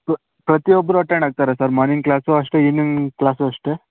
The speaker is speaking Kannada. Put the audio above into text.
ಪ್ರ ಪ್ರತಿಯೊಬ್ಬರೂ ಅಟೆಂಡ್ ಆಗ್ತಾರೆ ಸರ್ ಮಾರ್ನಿಂಗ್ ಕ್ಲಾಸೂ ಅಷ್ಟೇ ಈವ್ನಿಂಗ್ ಕ್ಲಾಸೂ ಅಷ್ಟೇ